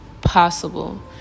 possible